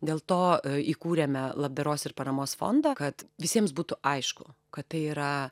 dėl to įkūrėme labdaros ir paramos fondą kad visiems būtų aišku kad tai yra